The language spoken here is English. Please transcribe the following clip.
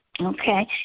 Okay